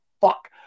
fuck